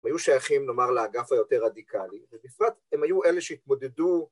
‫היו שייכים לומר לאגף היותר רדיקלי, ‫ובפרט הם היו אלה שהתמודדו...